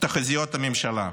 תחזיות הממשלה.